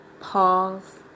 pause